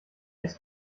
ist